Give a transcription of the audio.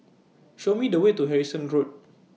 Show Me The Way to Harrison Road